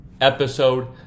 episode